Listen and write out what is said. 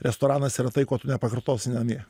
restoranas yra tai ko tu nepakartosi namie